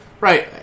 right